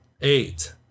Eight